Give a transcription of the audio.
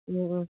ꯑꯣ ꯑꯣ